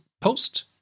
post